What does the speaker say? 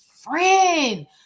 friend